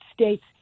States